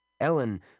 Ellen